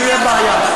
מי שתהיה לו בעיה,